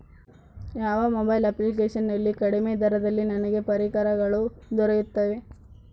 ಯಾವ mobile application ನಲ್ಲಿ ಕಡಿಮೆ ದರದಲ್ಲಿ ನನಗೆ ಪರಿಕರಗಳು ದೊರೆಯುತ್ತವೆ?